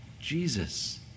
Jesus